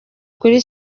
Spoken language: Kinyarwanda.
kuri